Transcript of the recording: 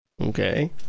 Okay